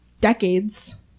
decades